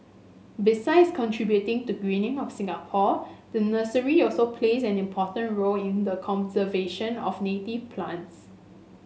besides contributing to the greening of Singapore the nursery also plays an important role in the conservation of native plants